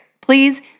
Please